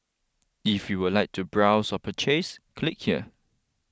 if you would like to browse or purchase click here